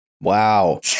Wow